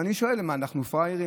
ואני שואל: מה, אנחנו פראיירים?